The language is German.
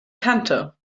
kante